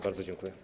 Bardzo dziękuję.